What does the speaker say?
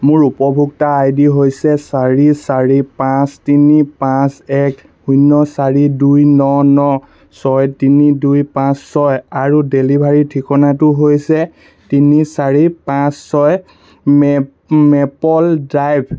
মোৰ উপভোক্তা I D হৈছে চাৰি চাৰি পাঁচ তিনি পাঁচ এক শূন্য চাৰি দুই ন ন ছয় তিনি দুই পাঁচ ছয় আৰু ডেলিভাৰীৰ ঠিকনাটো হৈছে তিনি চাৰি পাঁচ ছয় মেপল ড্ৰাইভ